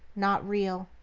not real.